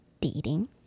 Dating